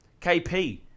KP